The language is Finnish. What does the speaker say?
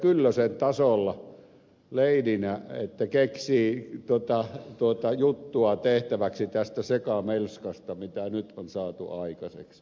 kyllösen tasolla leidinä että keksii juttua tehtäväksi tästä sekamelskasta mitä nyt on saatu aikaiseksi